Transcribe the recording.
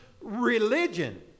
religion